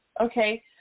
Okay